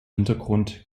hintergrund